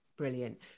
Brilliant